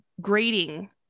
grading